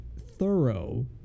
thorough